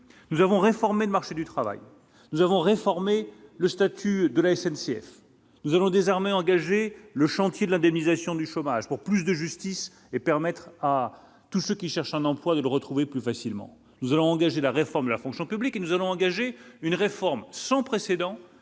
nous avons réformé le marché du travail, nous avons réformé le statut de la SNCF nous allons désarmer engager le chantier de l'indemnisation du chômage pour plus de justice et permettre à tous ceux qui cherchent un emploi de le retrouver plus facilement, nous allons engager la réforme de la fonction publique, nous allons engager une réforme sans précédent